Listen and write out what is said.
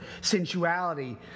sensuality